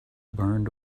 burned